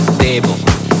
table